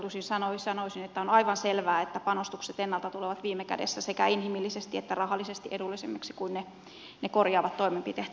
tuohon kustannuskeskusteluun sanoisin että on aivan selvää että panostukset ennalta tulevat viime kädessä sekä inhimillisesti että rahallisesti edullisemmiksi kuin ne korjaavat toimenpiteet